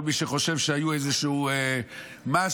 כל מי שחושב שהיה איזשהו משהו,